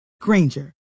Granger